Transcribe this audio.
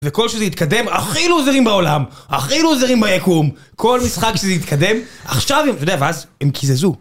וכל שזה יתקדם, הכי לוזרים בעולם, הכי לוזרים ביקום, כל משחק שזה יתקדם, עכשיו הם, אתה יודע, ואז הם קיזזו.